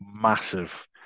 Massive